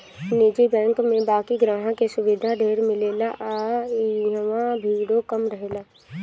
निजी बैंक में बाकि ग्राहक के सुविधा ढेर मिलेला आ इहवा भीड़ो कम रहेला